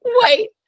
wait